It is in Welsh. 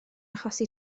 achosi